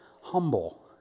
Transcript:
humble